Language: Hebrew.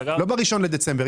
לא ב-1 בדצמבר.